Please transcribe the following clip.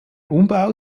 umbau